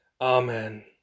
Amen